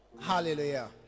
Hallelujah